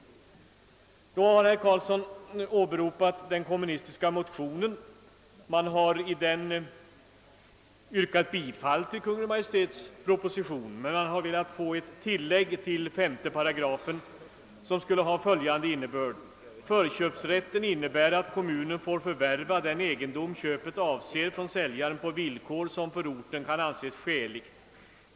Herr Karlsson i Huddinge har åberopat den kommunistiska motionen, där man yrkat bifall till Kungl. Maj:ts proposition men velat att första stycket i 5 § skall få följande lydelse: »Förköpsrätten innebär att kommunen får förvärva den egendom köpet avser från säljaren på villkor som för orten kan anses skäligt.